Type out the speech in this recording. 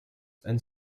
and